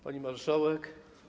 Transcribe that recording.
Pani Marszałek!